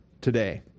today